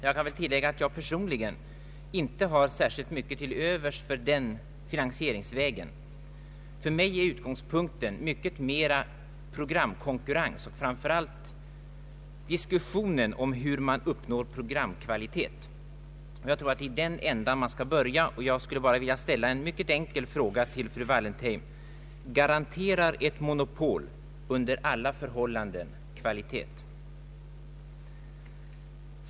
Jag kan tillägga att jag personligen inte har särskilt mycket till övers för den finansieringsvägen. För mig är utgångspunkten: mycket mer programkonkurrens och framför allt diskussion om hur man uppnår högre programkvalitet. Jag tror att man skall börja på det sättet. Jag skulle endast vilja ställa en mycket enkel fråga till fru Wallentheim: Garanterar ett monopol under alla förhållanden kvalitet?